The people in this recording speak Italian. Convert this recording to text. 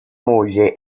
moglie